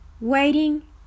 Waiting